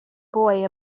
boy